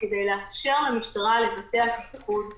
וכדי לאפשר למשטרה לבצע תפקוד תקין.